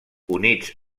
units